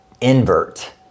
invert